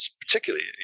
particularly